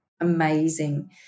amazing